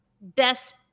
best